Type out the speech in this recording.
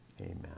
amen